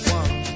one